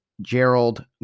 gerald